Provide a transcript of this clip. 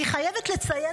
אני חייבת לציין,